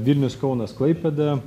vilnius kaunas klaipėda